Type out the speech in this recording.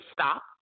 stop